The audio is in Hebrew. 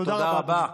תודה רבה.